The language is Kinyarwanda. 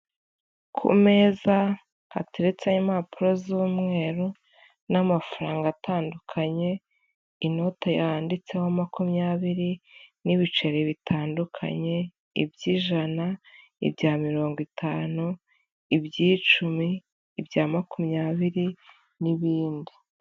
Ku meza hateretse impapuro z'umweru n'amafaranga atandukanye, inota yanditseho makumyabiri n'ibiceri bitandukanye, iby'ijana, ibya mirongo itanu, ibyicumi, ibya makumyabiri n'ibindi.